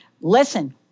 listen